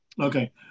Okay